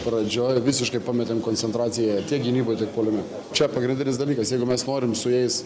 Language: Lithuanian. pradžioj visiškai pametėm koncentraciją tiek gynyboj tiek puolime čia pagrindinis dalykas jeigu mes norim su jais